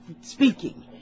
speaking